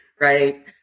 Right